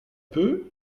peu